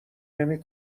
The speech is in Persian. نمی